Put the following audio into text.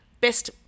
best